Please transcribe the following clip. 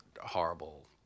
horrible